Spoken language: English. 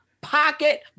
pocket